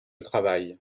travaille